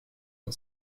and